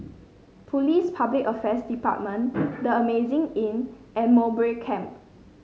Police Public Affairs Department The Amazing Inn and Mowbray Camp